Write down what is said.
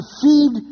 feed